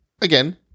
Again